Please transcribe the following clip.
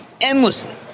endlessly